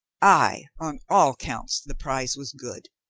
ay, on all counts the prize was good.